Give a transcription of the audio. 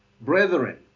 Brethren